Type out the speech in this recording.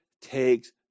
Takes